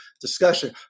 discussion